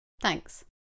Thanks